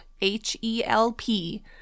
H-E-L-P